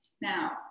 now